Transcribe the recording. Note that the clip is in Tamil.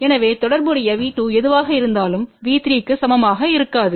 எனவே தொடர்புடைய V2எதுவாக இருந்தாலும்V3 க்குசமமாக இருக்காது